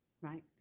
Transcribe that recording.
Right